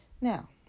Now